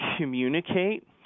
communicate